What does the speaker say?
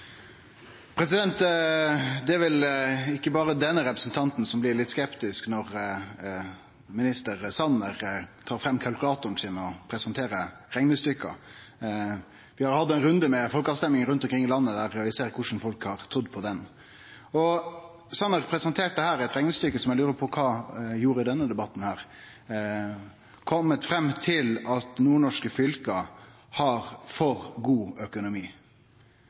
vel ikkje berre denne representanten som blir litt skeptisk når kommunalminister Sanner tar fram kalkulatoren sin og presenterer reknestykke. Vi har hatt ein runde med folkerøystingar rundt om i landet, der vi ser korleis folk har trudd på dei. Statsråd Sanner presenterte her eit reknestykke, som eg lurer på kva gjorde i denne debatten. Han hadde kome fram til at nordnorske fylke har for god økonomi.